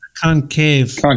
Concave